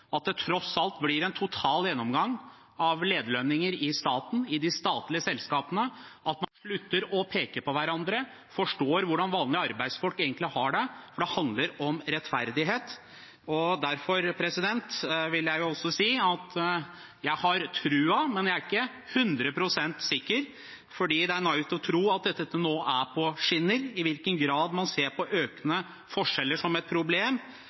at det tross alt blir en total gjennomgang av lederlønninger i staten, i de statlige selskapene, og at man slutter å peke på hverandre og forstår hvordan vanlige arbeidsfolk egentlig har det, for det handler om rettferdighet. Derfor vil jeg også si at jeg har troen, men jeg er ikke hundre prosent sikker, for det er naivt å tro at dette nå er på skinner. I hvilken grad man ser på økende forskjeller som et problem,